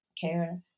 care